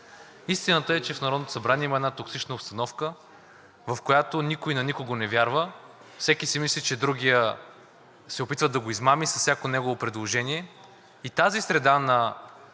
Истината е, че в Народното събрание има една токсична обстановка, в която никой на никого не вярва, всеки си мисли, че другият се опитва да го измами с всяко негово предложение. Тази среда на